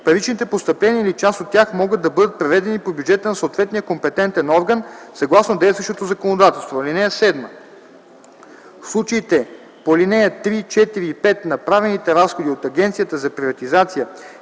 паричните постъпления или част от тях могат да бъдат преведени по бюджета на съответния компетентен орган съгласно действащото законодателство. (7) В случаите по алинеи 3, 4 и 5 направените разходи от Агенцията за приватизация